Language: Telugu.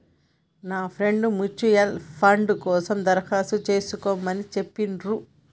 నా ఫ్రెండు ముచ్యుయల్ ఫండ్ కోసం దరఖాస్తు చేస్కోమని చెప్పిర్రు